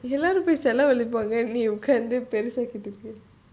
இதெல்லாம்நீ:idhellam nee